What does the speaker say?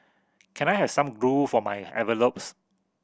can I have some glue for my envelopes